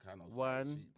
one